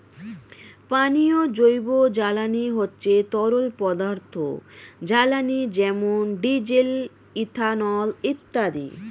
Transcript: পানীয় জৈব জ্বালানি হচ্ছে তরল পদার্থ জ্বালানি যেমন ডিজেল, ইথানল ইত্যাদি